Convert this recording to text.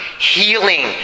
healing